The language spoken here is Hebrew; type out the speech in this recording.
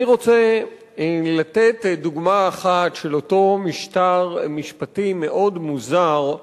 אני רוצה לתת דוגמה אחת של אותו משטר משפטי מאוד מוזר,